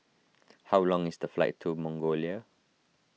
how long is the flight to Mongolia